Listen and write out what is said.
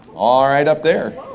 all right, up there.